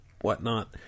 whatnot